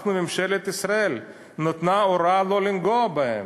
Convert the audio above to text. אנחנו, ממשלת ישראל נתנה הוראה לא לגעת בהם,